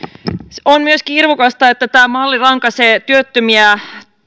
on myöskin irvokasta että tämä malli rankaisee työttömiä